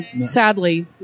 Sadly